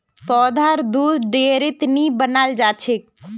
पौधार दुध डेयरीत नी बनाल जाछेक